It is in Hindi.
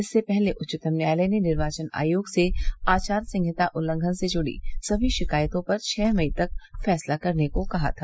इससे पहले उच्चतम न्यायालय ने निर्वाचन आयोग से आचार संहिता उल्लंघन से जुड़ी समी शिकायतों पर छ मई तक फैसला करने को कहा था